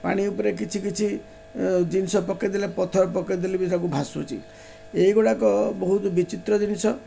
ପାଣି ଉପରେ କିଛି କିଛି ଜିନିଷ ପକେଇ ଦେଲେ ପଥର ପକେଇ ଦେଲେ ବି ସବୁ ଭାସୁଛି ଏଇ ଗୁଡ଼ାକ ବହୁତ ବିଚିତ୍ର ଜିନିଷ